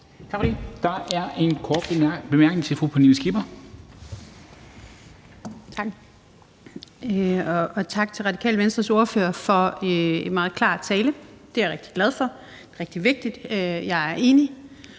Tak for det. Der er en kort bemærkning til fru Pernille Skipper. Kl. 19:22 Pernille Skipper (EL): Tak. Og tak til Radikale Venstres ordfører for en meget klar tale. Det er jeg rigtig glad for, det er rigtig vigtigt, og jeg er enig.